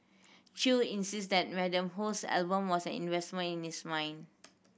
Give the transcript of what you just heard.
chew insisted that Madam Ho's album was an investment in his mind